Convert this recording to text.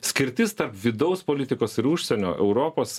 skirtis tarp vidaus politikos ir užsienio europos